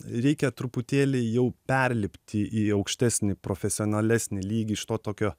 reikia truputėlį jau perlipti į aukštesnį profesionalesnį lygį iš to tokio